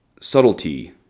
subtlety